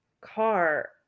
car